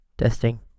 Testing